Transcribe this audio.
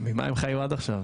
ממה הם חיו עד עכשיו?